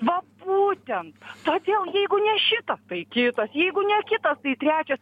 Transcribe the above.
va būtent todėl jeigu ne šitas tai kitas jeigu ne kitas tai trečias